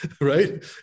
right